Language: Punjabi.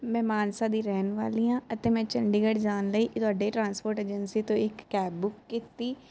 ਮੈਂ ਮਾਨਸਾ ਦੀ ਰਹਿਣ ਵਾਲੀ ਆਂ ਅਤੇ ਮੈਂ ਚੰਡੀਗੜ੍ਹ ਜਾਣ ਲਈ ਤੁਹਾਡੇ ਟਰਾਂਸਪੋਰਟ ਏਜੰਸੀ ਤੋਂ ਇੱਕ ਕੈਬ ਬੁੱਕ ਕੀਤੀ